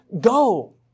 go